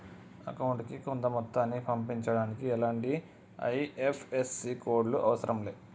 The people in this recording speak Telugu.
అకౌంటుకి కొంత మొత్తాన్ని పంపించడానికి ఎలాంటి ఐ.ఎఫ్.ఎస్.సి కోడ్ లు అవసరం లే